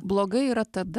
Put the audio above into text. blogai yra tada